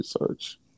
research